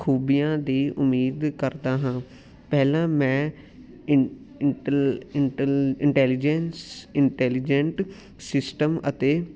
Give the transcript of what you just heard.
ਖੂਬੀਆਂ ਦੀ ਉਮੀਦ ਕਰਦਾ ਹਾਂ ਪਹਿਲਾਂ ਮੈਂ ਇ intel intel intelligence intelligent system ਅਤੇ